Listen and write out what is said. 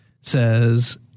says